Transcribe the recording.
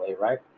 right